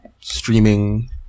streaming